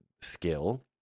skill